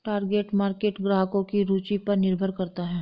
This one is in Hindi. टारगेट मार्केट ग्राहकों की रूचि पर निर्भर करता है